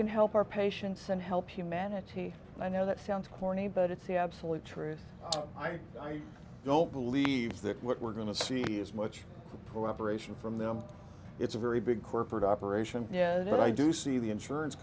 can help our patients and help humanity and i know that sounds corny but it's the absolute truth i don't believe that we're going to see as much preparation from them it's a very big corporate operation but i do see the insurance